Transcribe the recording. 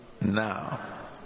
now